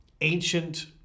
ancient